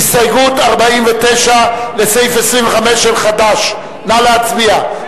הסתייגות 49 לסעיף 25, של חד"ש, נא להצביע.